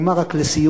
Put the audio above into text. אומר רק לסיום: